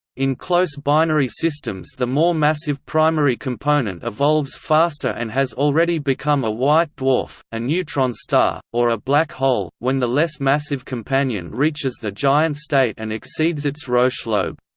in close binary systems the more massive primary component evolves faster and has already become a white dwarf, a neutron star, or a black hole, when the less massive companion reaches the giant state and exceeds its roche lobe.